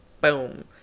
boom